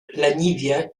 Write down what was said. leniwie